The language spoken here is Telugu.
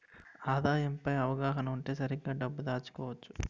ఆదాయం పై అవగాహన ఉంటే సరిగ్గా డబ్బు దాచుకోవచ్చు